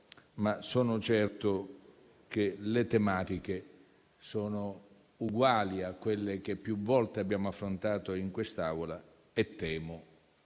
ma sono certo che le tematiche sono uguali a quelle che più volte abbiamo affrontato in quest'Aula e che